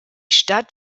stadt